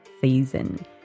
season